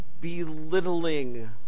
belittling